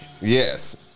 Yes